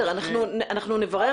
אנחנו לא רואים